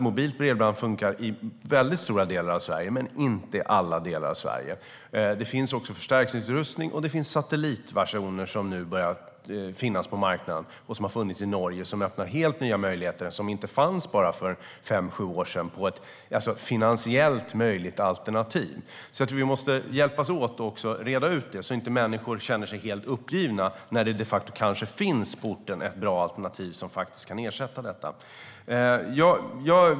Mobilt bredband fungerar i stora delar av Sverige men inte i alla delar. Det finns också förstärkningsutrustning, och det finns satellitversioner som nu börjar finnas på marknaden och har funnits i Norge, och de öppnar helt nya möjligheter och var inte ett finansiellt möjligt alternativ för fem till sju år sedan. Jag tror att vi måste hjälpas åt att reda ut det, så att människor inte känner sig helt uppgivna när det på orten kanske de facto finns ett bra alternativ som kan ersätta.